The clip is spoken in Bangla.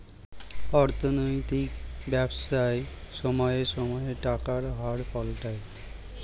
অর্থনৈতিক ব্যবসায় সময়ে সময়ে টাকার হার পাল্টায়